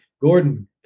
Gordon